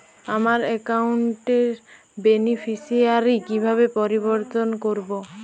আমার অ্যাকাউন্ট র বেনিফিসিয়ারি কিভাবে পরিবর্তন করবো?